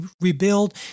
rebuild